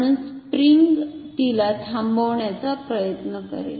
म्हणुन स्प्रिंग तिला थांबवण्याचा प्रयत्न करते